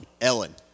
Ellen